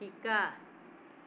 শিকা